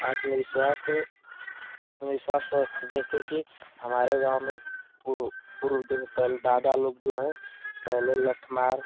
आत्मविश्वास आत्मविश्वास स्वस्थ जैसे कि हमारे गाँव में पूर्व पूर्व पहले दादा लोग जो हैं पहले लट्ठमार